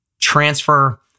transfer